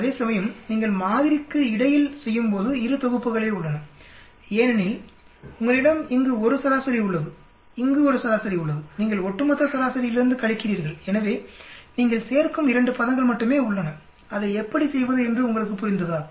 அதேசமயம் நீங்கள் மாதிரிக்கு இடையில் செய்யும்போது இரு தொகுப்புகளே உள்ளன ஏனெனில் உங்களிடம் இங்கு ஒரு சராசரி உள்ளது இங்கு ஒரு சராசரி உள்ளது நீங்கள் ஒட்டுமொத்த சராசரியிலிருந்து கழிக்கிறீர்கள் எனவே நீங்கள் சேர்க்கும் 2 பதங்கள் மட்டுமே உள்ளன அதை எப்படி செய்வது என்று உங்களுக்கு புரிந்ததா